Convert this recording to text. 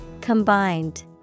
Combined